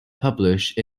published